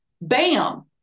bam